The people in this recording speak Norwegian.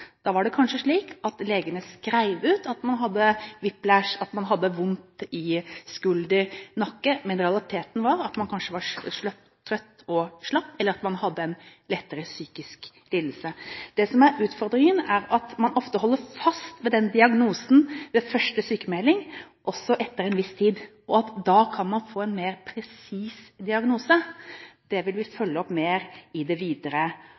Da var det kanskje slik at legene skrev ut at man hadde whiplash, og at man hadde vondt i skulder eller nakke, men realiteten var at man kanskje var trøtt og slapp, eller at man hadde en lettere psykisk lidelse. Det som er utfordringen, er at man ofte holder fast ved diagnosen ved første sykmelding. Etter en viss tid kan man få en mer presis diagnose. Det vil vi følge opp mer i det videre